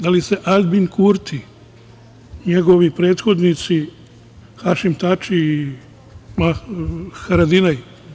Da li se Aljbin Kurti i njegovi prethodnici Hašim Tači i Haradinaj…